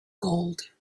gold